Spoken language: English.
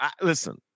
Listen